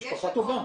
משפחה טובה.